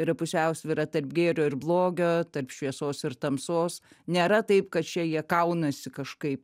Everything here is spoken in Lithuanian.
yra pusiausvyra tarp gėrio ir blogio tarp šviesos ir tamsos nėra taip kad čia jie kaunasi kažkaip